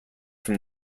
from